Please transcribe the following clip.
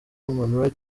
human